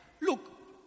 look